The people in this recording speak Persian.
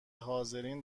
حاضرین